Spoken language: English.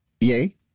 yay